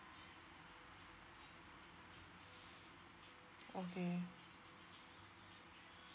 okay